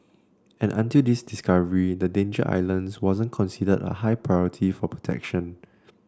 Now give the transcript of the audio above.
and until this discovery the Danger Islands wasn't considered a high priority for protection